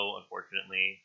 unfortunately